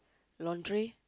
laundry